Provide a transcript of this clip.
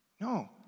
No